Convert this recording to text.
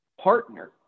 partner